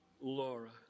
Laura